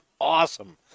awesome